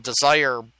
desire